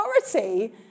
authority